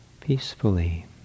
peacefully